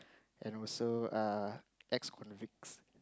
and also err ex convicts